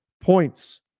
points